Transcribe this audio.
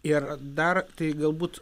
ir dar tai galbūt